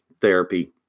therapy